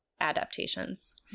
adaptations